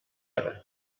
hora